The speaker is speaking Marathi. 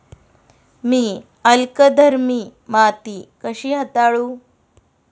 मी अल्कधर्मी माती कशी हाताळू?